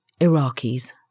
Iraqis